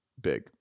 big